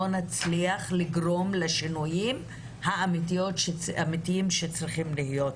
נצליח לגרום לשינויים האמיתיים שצריכים להיות.